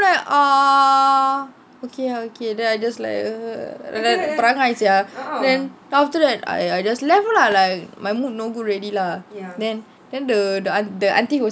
err okay ah okay then I just like perangai sia then after that I I just left lah like my mood no good already lah then the the aunty who was